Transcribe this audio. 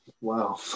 Wow